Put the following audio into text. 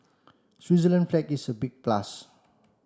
Switzerland's flag is a big plus